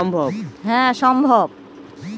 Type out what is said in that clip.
আমি কিছু জিনিস কিনলাম টা কি অনলাইন এ পেমেন্ট সম্বভ?